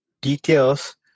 details